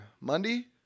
Monday